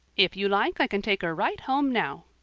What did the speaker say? if you like i can take her right home now.